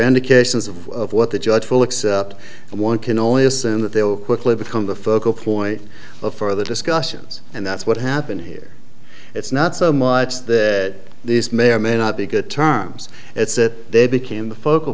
indications of what the judge will accept and one can only assume that they will quickly become the focal point of further discussions and that's what happened here it's not so much that this may or may not be good terms it's that they became the focal